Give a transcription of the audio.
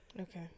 Okay